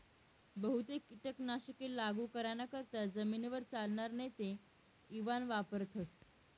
बहुतेक कीटक नाशके लागू कराना करता जमीनवर चालनार नेते इवान वापरथस